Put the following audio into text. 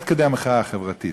עד כדי המחאה החברתית.